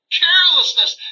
carelessness